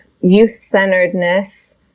youth-centeredness